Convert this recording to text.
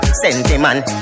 sentiment